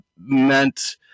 meant